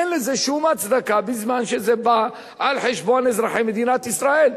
אין לזה שום הצדקה בזמן שזה בא על חשבון אזרחי מדינת ישראל,